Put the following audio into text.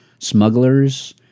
smugglers